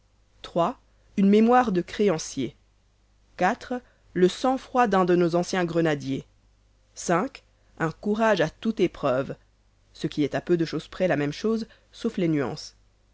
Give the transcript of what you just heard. trois une mémoire de créanciers quatre le sang-froid d'un de nos anciens grenadiers un courage à toutes épreuves ce qui est à peu de chose près la même chose sauf les nuances